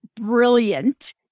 brilliant